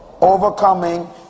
Overcoming